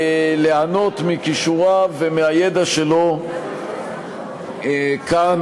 ליהנות מכישוריו ומהידע שלו כאן